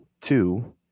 two